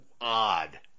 odd